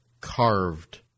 carved